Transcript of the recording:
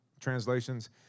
translations